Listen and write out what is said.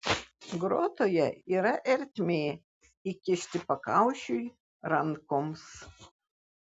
grotoje yra ertmė įkišti pakaušiui rankoms